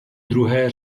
druhé